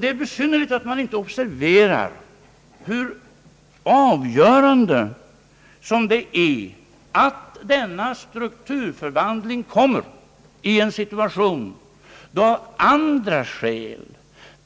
Det besynnerliga är att man inte observerar hur avgörande för läget det är att denna strukturomvandling kommer i en situation då av andra skäl,